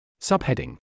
Subheading